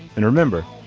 and remember,